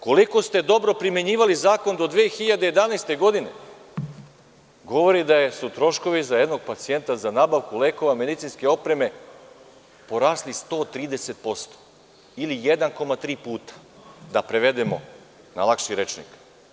Koliko ste dobro primenjivali zakon do 2011. godine govori da su troškovi za jednog pacijenta za nabavku lekova, medicinske opreme porasli 130% ili 1,3 puta, da prevedemo na lakši rečnik.